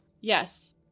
Yes